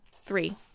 three